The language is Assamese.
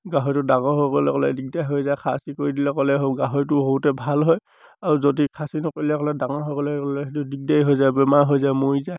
গাহৰিটো ডাঙৰ হ'বলৈ ক'লে দিগদাৰ হৈ যায় খাচী কৰি দিলে ক'লে সৰু গাহৰিটো সৰুতে ভাল হয় আৰু যদি খাচী নকৰিলে ক'লে ডাঙৰ হ'বলৈ গ'লে সেইটো দিগদাৰী হৈ যায় বেমাৰ হৈ যায় মৰি যায়